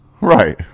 Right